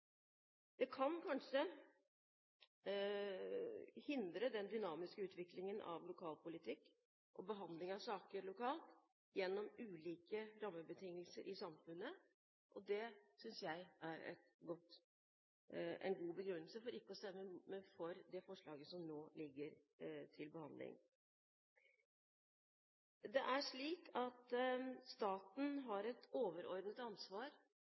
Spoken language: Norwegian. Det kan kanskje hindre den dynamiske utviklingen av lokalpolitikk og behandling av saker lokalt gjennom ulike rammebetingelser i samfunnet, og det synes jeg er en god begrunnelse for ikke å stemme for det forslaget som nå ligger til behandling. Det er slik at staten har et overordnet ansvar,